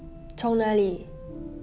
从哪里